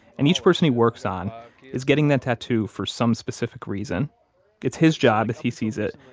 and each person he works on is getting that tattoo for some specific reason it's his job, as he sees it,